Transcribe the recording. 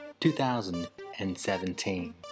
2017